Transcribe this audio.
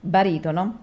Baritono